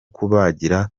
kubagira